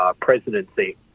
presidency